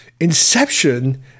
Inception